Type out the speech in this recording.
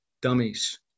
dummies